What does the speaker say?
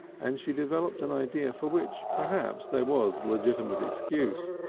and she developed an idea for which perhaps there was legitimate excuse,